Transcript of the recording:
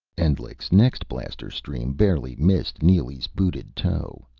endlich's next blaster-stream barely missed neely's booted toe.